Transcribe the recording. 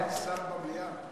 אין שר במליאה.